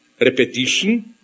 repetition